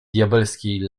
diabelskiej